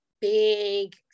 big